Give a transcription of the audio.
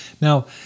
Now